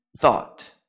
thought